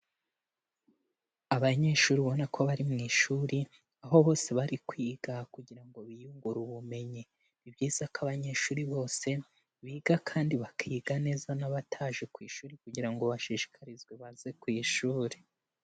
Abanyeshuri ubona ko bari mu ishuri aho bose bari kwiga kugira ngo biyungure ubumenyi, ni byiza ko abanyeshuri bose biga kandi bakiga neza n'abataje ku ishuri kugira ngo bashishikarizwe baze ku ishuri.